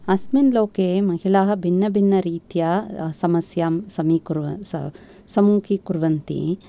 अस्मिन्लोके महिलाः भिन्न भिन्न रीत्या समस्यां समीकुर्व स सम्मुखीकुर्वन्ति